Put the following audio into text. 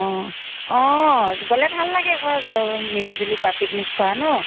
অঁ অঁ গ'লে ভাল লাগে আকৌ মিলিজুলি প পিকনিক খোৱা নহ্